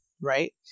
right